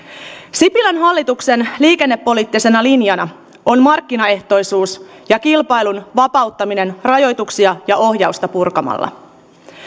sipilän hallituksen liikennepoliittisena linjana on markkinaehtoisuus ja kilpailun vapauttaminen rajoituksia ja ohjausta purkamalla